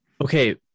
Okay